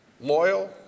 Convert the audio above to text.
loyal